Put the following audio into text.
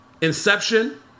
Inception